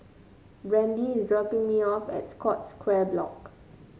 Brandie is dropping me off at Scotts Square Block